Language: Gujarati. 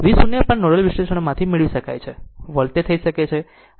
તેથી V 0 પણ આ નોડલ વિશ્લેષણમાંથી મેળવી શકાય છે આ વોલ્ટેજ થઈ શકે છે